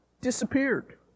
disappeared